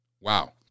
wow